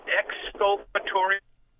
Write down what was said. exculpatory –